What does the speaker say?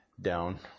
down